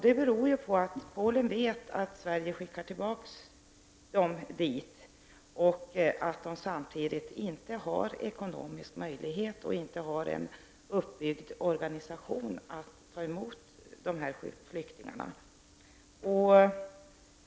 Det beror på att Polen vet att Sverige skickar tillbaka dessa människor dit och att Polen inte har ekonomiska möjligheter eller någon uppbyggd organisation för att ta emot dessa flyktingar.